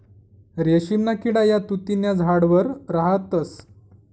रेशीमना किडा या तुति न्या झाडवर राहतस